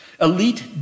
Elite